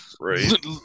right